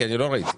אני לא ראיתי.